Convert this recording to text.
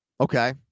Okay